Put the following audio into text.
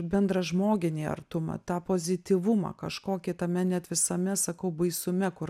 bendražmoginį artumą tą pozityvumą kažkokį tame net visame sakau baisume kur